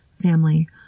family